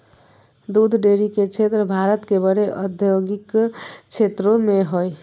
दूध डेरी के क्षेत्र भारत के बड़े औद्योगिक क्षेत्रों में हइ